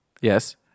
Yes